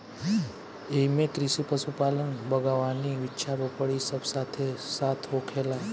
एइमे कृषि, पशुपालन, बगावानी, वृक्षा रोपण इ सब साथे साथ होखेला